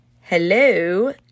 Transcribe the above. hello